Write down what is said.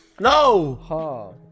No